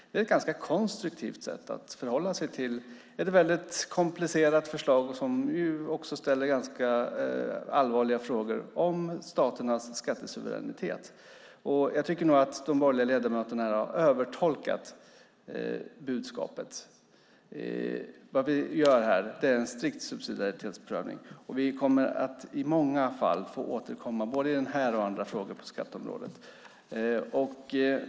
Det är ett ganska konstruktivt sätt att förhålla sig till ett väldigt komplicerat förslag som också ställer ganska allvarliga frågor om staternas skattesuveränitet. Jag tycker att de borgerliga ledamöterna här har övertolkat budskapet. Det vi gör här är en strikt subsidiaritetsprövning. Vi kommer att få återkomma både i den här och andra frågor på skatteområdet.